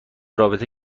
رابطه